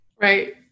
right